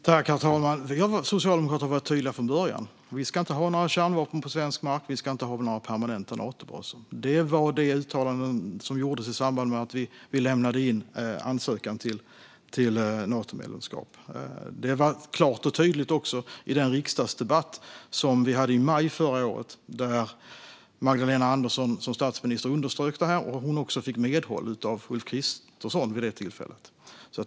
Herr talman! Vi socialdemokrater har varit tydliga från början. Vi ska inte ha några kärnvapen på svensk mark, och vi ska inte ha några permanenta Natobaser. Det var det uttalande som gjordes i samband med att vi lämnade in ansökan om Natomedlemskap. Det var klart och tydligt också i den riksdagsdebatt som vi hade i maj förra året, där Magdalena Andersson som statsminister underströk detta, och hon fick också medhåll av Ulf Kristersson vid det tillfället.